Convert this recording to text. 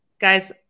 Guys